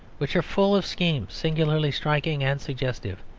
which are full of schemes singularly striking and suggestive,